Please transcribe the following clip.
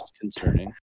concerning